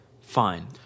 fine